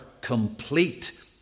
complete